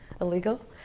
illegal